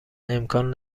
امکان